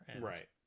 Right